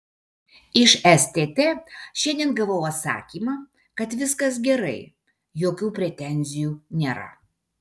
iš stt šiandien gavau atsakymą kad viskas gerai jokių pretenzijų nėra